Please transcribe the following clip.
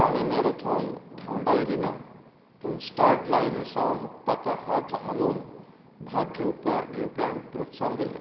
ताणें मैरथान धांवडायली ना पूण स्टार्ट लायनी सावन ताका हात हालोवन भाग घेवपाक घेवप्यांक प्रोत्साहन दिलें